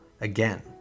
again